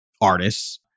artists